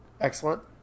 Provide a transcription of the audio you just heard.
Excellent